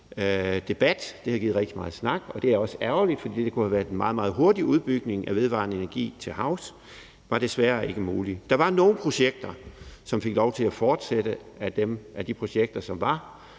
Det er også ærgerligt, for det kunne have været en meget, meget hurtig udbygning af vedvarende energi til havs. Men det var desværre ikke muligt. Der var nogle projekter af de projekter, der var